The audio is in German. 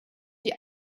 die